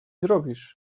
zrobisz